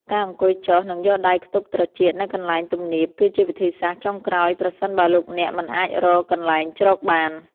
ការអង្គុយចុះ និងយកដៃខ្ទប់ត្រចៀកនៅកន្លែងទំនាបគឺជាវិធីសាស្ត្រចុងក្រោយប្រសិនបើលោកអ្នកមិនអាចរកកន្លែងជ្រកបាន។